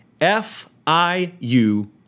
FIU